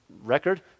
record